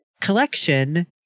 collection